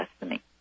destiny